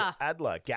Adler